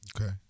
Okay